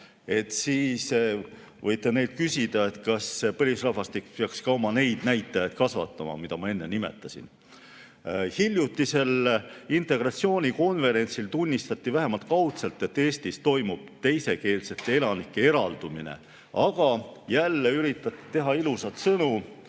võib küsida, kas põlisrahvastik peaks ka oma neid näitajaid kasvatama, mida ma enne nimetasin. Hiljutisel integratsioonikonverentsil tunnistati vähemalt kaudselt, et Eestis toimub teisekeelsete elanike eraldumine, aga jälle üritati teha ilusaid sõnu.